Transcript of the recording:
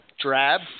drab